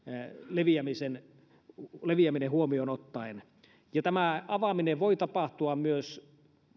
leviäminen huomioon ottaen tämä avaaminen voi tapahtua myös